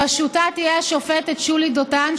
בראשותה תהיה השופטת שולי דותן,